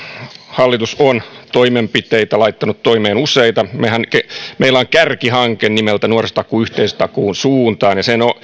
hallitus on toimenpiteitä laittanut toimeen useita meillä on kärkihanke nimeltä nuorisotakuuta yhteisötakuun suuntaan ja sen